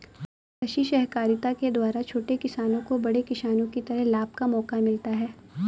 कृषि सहकारिता के द्वारा छोटे किसानों को बड़े किसानों की तरह लाभ का मौका मिलता है